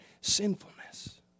sinfulness